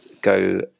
go